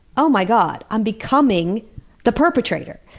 oh my god, i'm becoming the perpetrator.